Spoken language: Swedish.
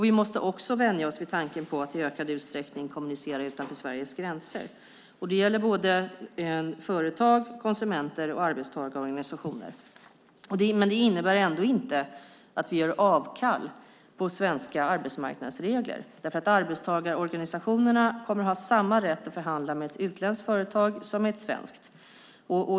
Vi måste också vänja oss vid tanken på att i ökad utsträckning kommunicera utanför Sveriges gränser. Det gäller både företag, konsumenter och arbetstagarorganisationer. Det innebär ändå inte att vi gör avkall på svenska arbetsmarknadsregler. Arbetstagarorganisationerna kommer att ha samma rätt att förhandla med ett utländskt företag som med ett svenskt.